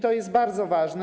To jest bardzo ważne.